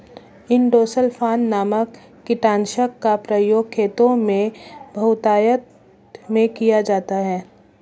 endosulfan नामक कीटनाशक का प्रयोग खेतों में बहुतायत में किया जाता है